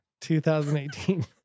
2018